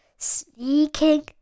sneaking